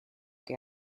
que